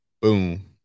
Boom